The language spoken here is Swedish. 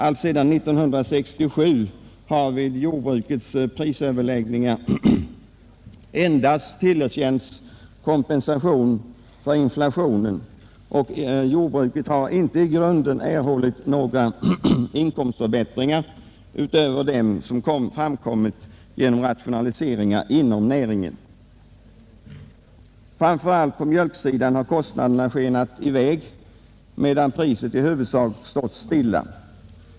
Allt sedan 1967 har jordbrukarna vid jordbrukets prisöverläggningar endast tillerkänts kompensation för inflationen, och jordbruket har inte i grunden erhållit några inkomstförbättringar utöver dem som framkommit genom rationaliseringar inom näringen. Framför allt på mjölksidan har kostnaderna skenat i väg, medan priset i huvudsak stått stilla.